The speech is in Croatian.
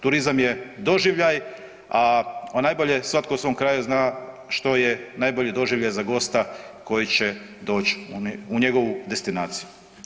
Turizam je doživljaj, a najbolje svatko u svom kraju zna što je najbolji doživljaj za goste koji će doći u njegovu destinaciju.